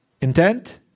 Intent